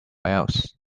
urls